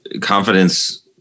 confidence